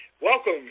Welcome